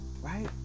right